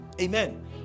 amen